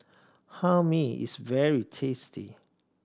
Hae Mee is very tasty